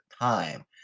time